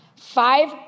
Five